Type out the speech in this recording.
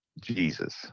Jesus